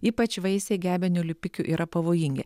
ypač vaisiai gebenių lipikių yra pavojingi